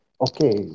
Okay